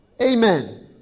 amen